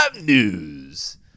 news